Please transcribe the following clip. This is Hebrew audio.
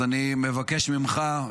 אז אני מבקש ממך,